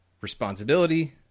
responsibility